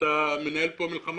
אתה מנהל פה מלחמה